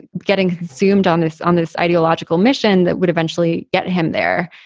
getting consumed on this on this ideological mission that would eventually get him there.